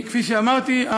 כפי שאמרתי,